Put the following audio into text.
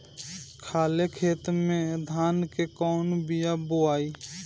खाले खेत में धान के कौन बीया बोआई?